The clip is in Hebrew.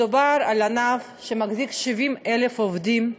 מדובר על ענף שמחזיק 70,000 עובדים,